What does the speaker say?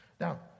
Now